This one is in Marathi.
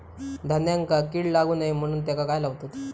धान्यांका कीड लागू नये म्हणून त्याका काय लावतत?